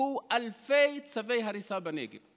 חולקו אלפי צווי הריסה בנגב.